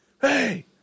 hey